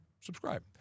subscribe